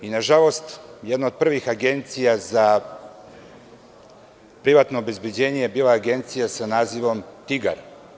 Nažalost, jedna od prvih agencija za privatno obezbeđenje je bila Agencija sa nazivom „Tigar“